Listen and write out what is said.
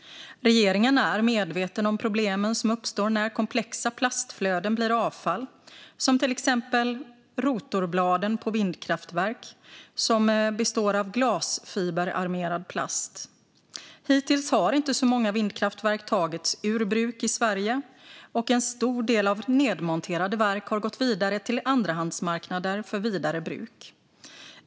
Regeringen är medveten om problemen som uppstår när komplexa plastflöden blir avfall, till exempel rotorbladen på vindkraftverk, som består av glasfiberarmerad plast. Hittills har inte så många vindkraftverk tagits ur bruk i Sverige, och en stor del av nedmonterade verk har gått vidare till andrahandsmarknader för vidare bruk.